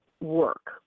work